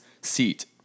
seat